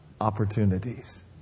opportunities